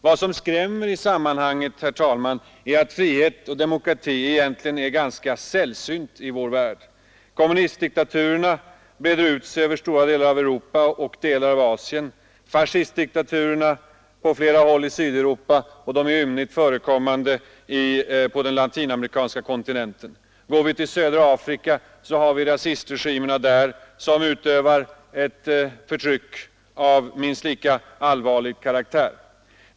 Vad som skrämmer i sammanhanget, herr talman, är att frihet och demokrati egentligen är någonting ganska sällsynt i vår värld. Kommunistdiktaturerna breder ut sig över stora delar av Europa liksom över delar av Asien, fascistdiktaturer förekommer på flera håll i Sydeuropa, inför kränkningar av mänskliga rättigheter och de är ymnigt förekommande på den latinamerikanska kontinenten. Går vi till södra Afrika finner vi rasistregimerna där som utövar ett förtryck av minst lika allvarlig karaktär.